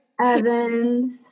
Evans